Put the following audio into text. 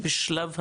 שלום,